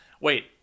Wait